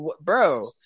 bro